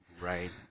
Right